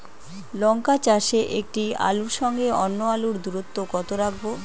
লঙ্কা চাষে একটি আলুর সঙ্গে অন্য আলুর দূরত্ব কত রাখবো?